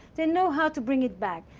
they know how to bring it back.